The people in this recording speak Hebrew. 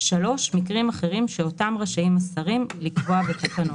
(3)מקרים אחרים שאותם רשאים השרים לקבוע בתקנות."